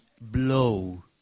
blow